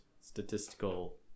statistical